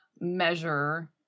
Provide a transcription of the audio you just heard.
measure